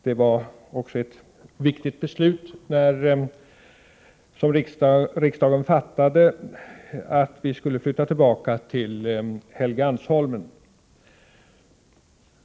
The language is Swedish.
Det var ett riktigt beslut som riksdagen fattade att vi skulle flytta tillbaka till Helgeandsholmen.